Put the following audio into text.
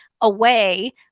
away